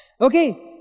okay